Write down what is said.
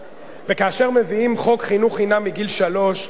וכאשר מביאים חוק חינוך חינם מגיל שלוש,